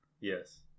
Yes